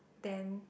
then